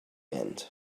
meant